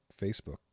Facebook